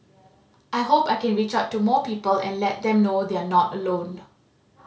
I hope I can reach out to more people and let them know they're not alone